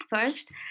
First